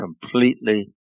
completely